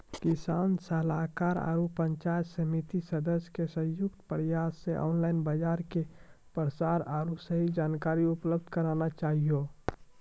किसान सलाहाकार आरु पंचायत समिति सदस्य के संयुक्त प्रयास से ऑनलाइन बाजार के प्रसार आरु सही जानकारी उपलब्ध करना चाहियो?